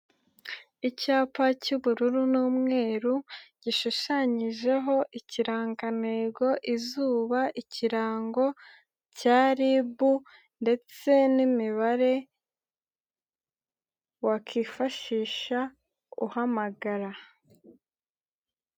Icyapa cy'ubururu n'umweru gishushanyijeho: ikirangantego, izuba, ikirango cya RIB ndetse n'imibare wakifashisha uhamagara.